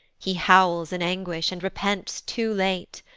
he howls in anguish, and repents too late.